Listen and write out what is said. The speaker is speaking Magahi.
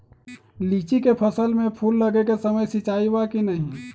लीची के फसल में फूल लगे के समय सिंचाई बा कि नही?